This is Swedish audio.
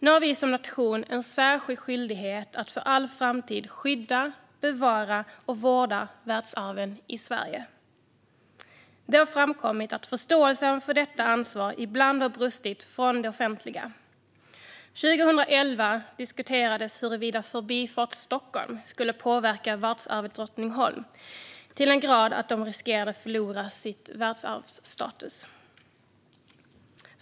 Nu har vi som nation en särskild skyldighet att för all framtid skydda, bevara och vårda världsarven i Sverige. Det har framkommit att förståelsen för detta ansvar ibland har brustit från det offentliga. År 2011 diskuterades huruvida Förbifart Stockholm skulle påverka världsarvet Drottningholm till den grad att det riskerade att förlora sin världsarvsstatus.